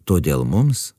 todėl mums